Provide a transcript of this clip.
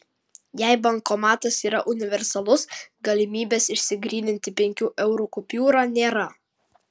jei bankomatas yra universalus galimybės išsigryninti penkių eurų kupiūrą nėra